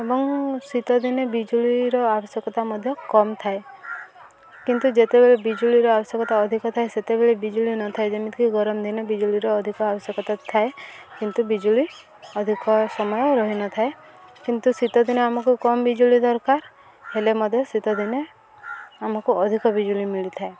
ଏବଂ ଶୀତ ଦିନେ ବିଜୁଳିର ଆବଶ୍ୟକତା ମଧ୍ୟ କମ୍ ଥାଏ କିନ୍ତୁ ଯେତେବେଳେ ବିଜୁଳିର ଆବଶ୍ୟକତା ଅଧିକ ଥାଏ ସେତେବେଳେ ବିଜୁଳି ନଥାଏ ଯେମିତିକି ଗରମ ଦିନେ ବିଜୁଳିର ଅଧିକ ଆବଶ୍ୟକତା ଥାଏ କିନ୍ତୁ ବିଜୁଳି ଅଧିକ ସମୟ ରହିନଥାଏ କିନ୍ତୁ ଶୀତ ଦିନେ ଆମକୁ କମ୍ ବିଜୁଳି ଦରକାର ହେଲେ ମଧ୍ୟ ଶୀତ ଦିନେ ଆମକୁ ଅଧିକ ବିଜୁଳି ମିଳିଥାଏ